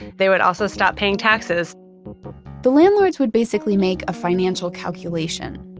they would also stop paying taxes the landlords would basically make a financial calculation.